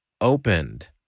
opened